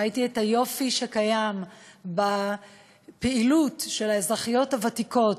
ראיתי את היופי בפעילות של האזרחיות הוותיקות,